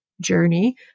journey